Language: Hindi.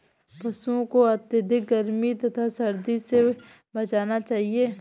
पशूओं को अत्यधिक गर्मी तथा सर्दी से बचाना चाहिए